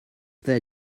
there